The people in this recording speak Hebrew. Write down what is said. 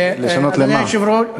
אדוני היושב-ראש,